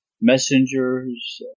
messengers